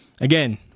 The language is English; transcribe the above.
Again